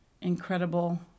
incredible